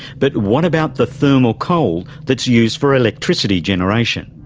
but what about the thermal coal that's used for electricity generation?